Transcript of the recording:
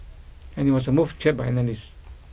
and it was a move cheered by analysts